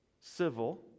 Civil